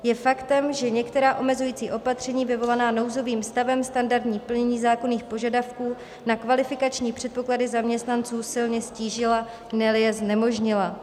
Je faktem, že některá omezující opatření vyvolaná nouzovým stavem standardní plnění zákonných požadavků na kvalifikační předpoklady zaměstnanců silně ztížila, neli je znemožnila.